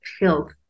health